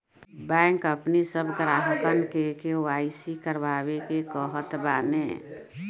bank अपनी सब ग्राहकन के के.वाई.सी करवावे के कहत बाने